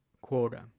Quota